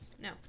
No